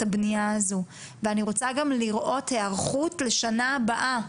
הבנייה הזו ואני רוצה גם לראות היערכות לשנה הבאה.